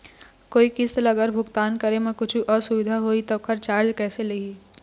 कोई किस्त ला अगर भुगतान करे म कुछू असुविधा होही त ओकर चार्ज कैसे लगी?